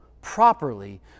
properly